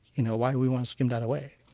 you know why do we want to skim that away?